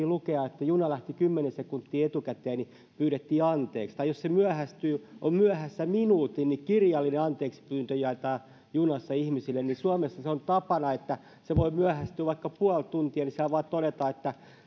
lukea että jossain japanissa kun juna lähti kymmenen sekuntia etukäteen pyydettiin anteeksi tai jos se on myöhässä minuutin niin kirjallinen anteeksipyyntö jaetaan junassa ihmisille niin suomessa on tapana että se voi myöhästyä vaikka puoli tuntia ja silloinhan vain todetaan että